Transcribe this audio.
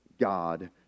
God